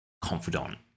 confidant